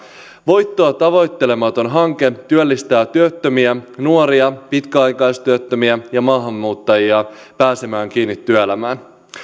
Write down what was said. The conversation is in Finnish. voittoa tavoittelematon hanke työllistää työttömiä nuoria pitkäaikaistyöttömiä ja maahanmuuttajia pääsemään kiinni työelämään